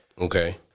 Okay